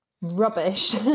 rubbish